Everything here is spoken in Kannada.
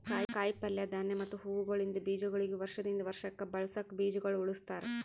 ಕಾಯಿ ಪಲ್ಯ, ಧಾನ್ಯ ಮತ್ತ ಹೂವುಗೊಳಿಂದ್ ಬೀಜಗೊಳಿಗ್ ವರ್ಷ ದಿಂದ್ ವರ್ಷಕ್ ಬಳಸುಕ್ ಬೀಜಗೊಳ್ ಉಳುಸ್ತಾರ್